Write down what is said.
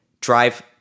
drive